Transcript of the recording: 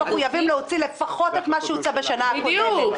הם מחויבים להוציא לפחות את מה שהוצא בשנה הקודמת,